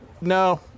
No